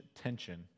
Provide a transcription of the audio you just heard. tension